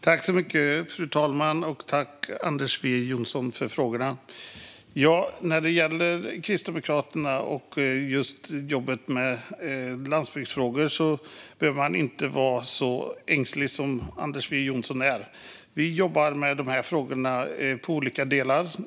Fru talman! När det gäller Kristdemokraterna och jobbet med landsbygdsfrågor behöver man inte vara så ängslig som Anders W Jonsson är. Vi jobbar med de här frågorna i olika delar.